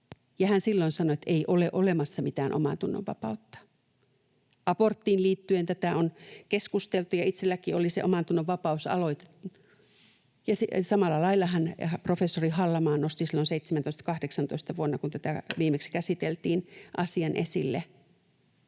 sanoi, että ei ole olemassa mitään omantunnonvapautta. Aborttiin liittyen tästä on keskusteltu, ja itsellänikin oli se omantunnonvapausaloite. Ja samalla laillahan professori Hallamaa nosti silloin vuonna 17—18, kun tätä viimeksi käsiteltiin, [Puhemies